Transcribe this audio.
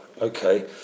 okay